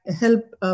help